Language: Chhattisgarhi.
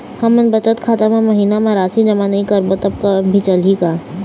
हमन बचत खाता मा महीना मा राशि जमा नई करबो तब भी चलही का?